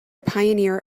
pioneer